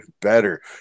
better